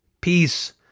peace